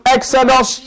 Exodus